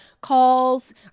calls